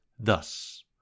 Thus